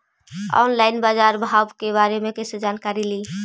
Online बाजार भाव के बारे मे कैसे जानकारी ली?